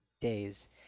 days